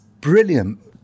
brilliant